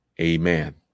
amen